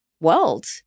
world